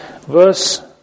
Verse